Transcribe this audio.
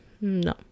No